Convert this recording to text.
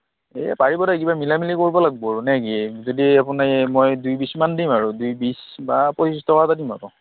এ পাৰিব দিয়ক কিবা মিলাই মেলি কৰিব লাগিব আৰু নে কি যদি আপুনি মই দুই বিশমান দিম আৰু দুই বিশ বা পঁচিছ টকা এটা দিম আৰু